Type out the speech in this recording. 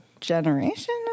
generation